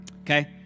Okay